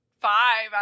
five